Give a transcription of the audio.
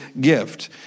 gift